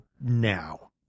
now